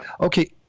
Okay